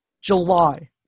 July